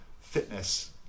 fitness